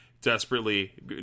desperately